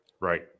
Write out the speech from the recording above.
Right